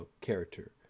character